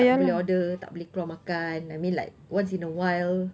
tak boleh order tak boleh keluar makan I mean like once in a while